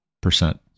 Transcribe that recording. percent